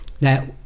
Now